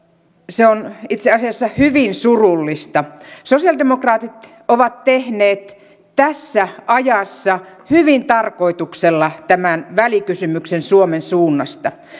se on itse asiassa hyvin surullista sosialidemokraatit ovat tehneet tässä ajassa hyvin tarkoituksella tämän välikysymyksen suomen suunnasta